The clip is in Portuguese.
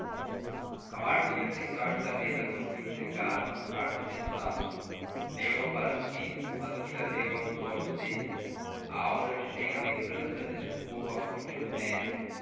camargo ia sentar-se à mesa quando lhe entregaram a carta de estácio leu-a para si mas a filha leu-a nos olhos dele uma aura de bem-aventurança desrugou a fronte do médico